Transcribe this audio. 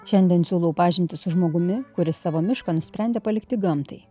šiandien siūlau pažintį su žmogumi kuris savo mišką nusprendė palikti gamtai